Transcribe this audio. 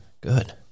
good